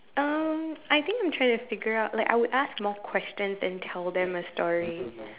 um I think I'm trying to figure out like I would ask more question then tell them a story